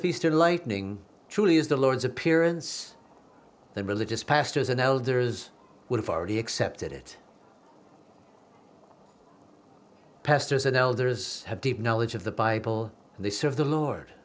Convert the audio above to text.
if easter lightning truly is the lord's appearance then religious pastors and elders would have already accepted it pastors and elders have deep knowledge of the bible and they serve the lord